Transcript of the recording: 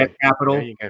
capital